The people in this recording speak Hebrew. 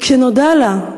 וכשנודע לה,